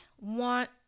want